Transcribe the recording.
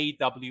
AW